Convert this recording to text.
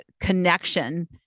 connection